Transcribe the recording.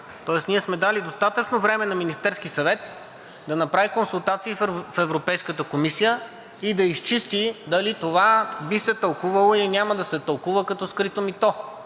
внася. Ние сме дали достатъчно време на Министерския съвет да направи консултации в Европейската комисия и да изчисти дали това би се тълкувало, или няма да се тълкува като скрито мито.